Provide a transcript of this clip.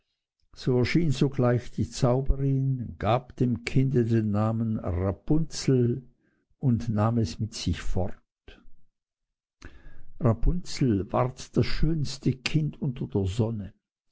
so erschien sogleich die zauberin gab dem kinde den namen rapunzel und nahm es mit sich fort rapunzel ward das schönste kind unter der sonne